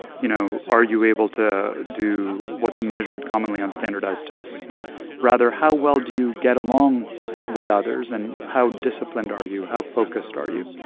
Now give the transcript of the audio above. you know, are you able to do what's measured commonly on standardized tests? but rather, how well do you get along with others? and how disciplined are you? how focused are you?